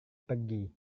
pergi